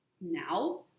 Now